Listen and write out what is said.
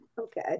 okay